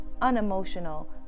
unemotional